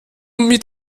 mit